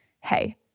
hey